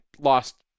lost